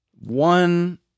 One